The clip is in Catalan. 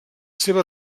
seva